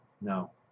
No